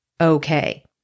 okay